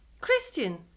Christian